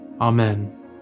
Amen